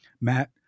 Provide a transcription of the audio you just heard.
Matt